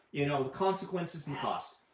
you know the consequences and costs,